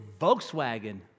Volkswagen